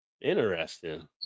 Interesting